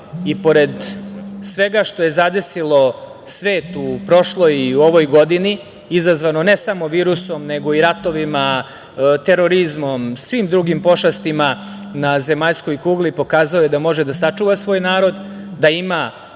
i pored svega što je zadesilo svet u prošloj i u ovoj godini, izazvano ne samo virusom nego i ratovima, terorizmom, svim drugim pošastima na zemaljskoj kugli, pokazao je da može da sačuva svoj narod, da ima